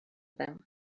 them